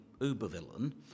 uber-villain